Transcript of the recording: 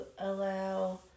allow